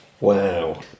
Wow